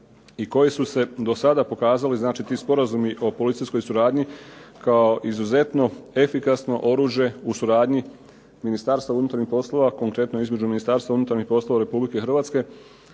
i koji su se do sada pokazali, znači ti sporazumi o policijskoj suradnji kao izuzetno efikasno oružje u suradnji Ministarstva unutarnjih poslova, konkretno između Ministarstva unutarnjih poslova Republike Hrvatske